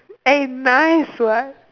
eh nice what